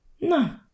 no